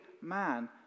man